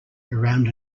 around